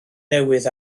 newydd